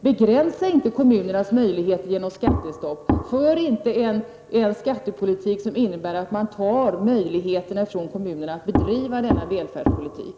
Begränsa inte genom skattestopp kommunernas möjligheter. För inte en skattepolitik som innebär att man tar ifrån kommunerna möjligheterna att bedriva denna välfärdspolitik.